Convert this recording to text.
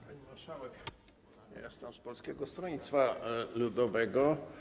Pani marszałek, ja jestem z Polskiego Stronnictwa Ludowego.